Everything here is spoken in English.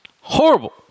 horrible